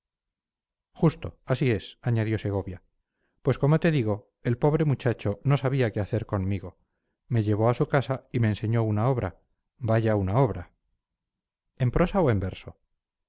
justo así es añadió segovia pues como te digo el pobre muchacho no sabía qué hacer conmigo me llevó a su casa y me enseñó una obra vaya una obra en prosa o en verso